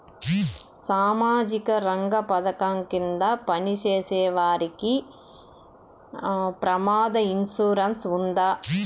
సామాజిక రంగ పథకం కింద పని చేసేవారికి ప్రమాద ఇన్సూరెన్సు ఉందా?